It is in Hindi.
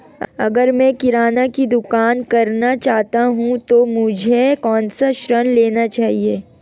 अगर मैं किराना की दुकान करना चाहता हूं तो मुझे कौनसा ऋण लेना चाहिए?